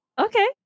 okay